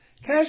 cash